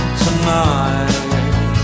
tonight